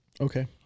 Okay